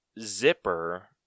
zipper